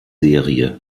serie